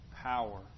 power